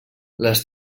les